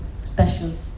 special